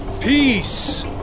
Peace